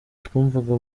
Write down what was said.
twumvaga